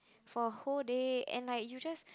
for whole day and like you just